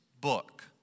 book